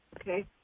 Okay